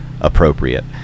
appropriate